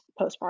postpartum